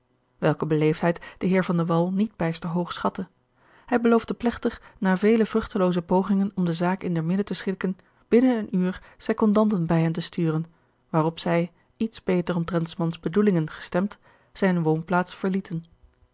welke beleefdheid de heer van de wall niet bijster hoog schatte hij beloofde plegtig na vele vruchtelooze pogingen om de zaak in der minne te schikken binnen een uur secondanten bij hen te sturen waarop zij iets beter omtrent s mans bedoelingen gestemd zijne woonplaats verlieten